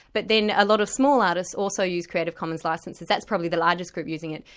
but then a lot of small artists also use creative commons licences. that's probably the largest group using it.